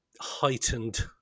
heightened